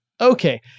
Okay